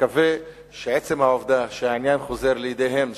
מקווה שעצם העובדה שהעניין חוזר לידיהם,